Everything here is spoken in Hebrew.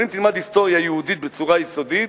אם תלמד היסטוריה יהודית בצורה יסודית,